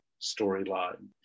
storyline